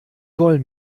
wollen